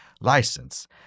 license